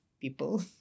people